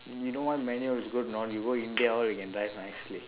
you know why manual is good or not you go india all you can drive nicely